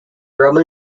roman